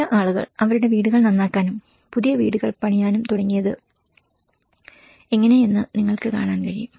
ചില ആളുകൾ അവരുടെ വീടുകൾ നന്നാക്കാനും പുതിയ വീടുകൾ പണിയാനും തുടങ്ങിയത് എങ്ങനെയെന്ന് നിങ്ങൾക്ക് കാണാൻ കഴിയും